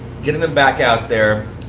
getting them back out there,